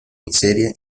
miseria